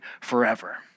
forever